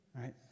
right